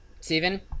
Steven